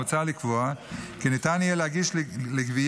מוצע לקבוע כי ניתן יהיה להגיש לגבייה